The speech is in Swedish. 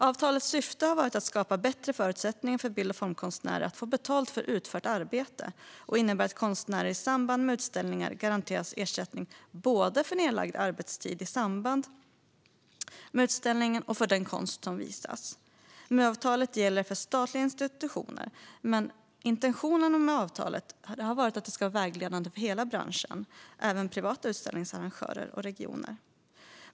Avtalet har syftat till att skapa bättre förutsättningar för bild och formkonstnärer att få betalt för utfört arbete och innebär att konstnärer i samband med utställningar garanteras ersättning både för nedlagd arbetstid i samband med utställningen och för den konst som visas. MU-avtalet gäller för statliga institutioner, men intentionen har varit att avtalet ska vara vägledande för hela branschen, även privata utställningsarrangörer och regioner.